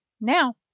now